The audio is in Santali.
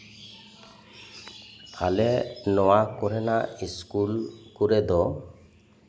ᱟᱞᱮ ᱱᱚᱶᱟ ᱠᱚᱨᱮᱱᱟᱜ ᱤᱥᱠᱩᱞ ᱠᱚᱨᱮ ᱫᱚ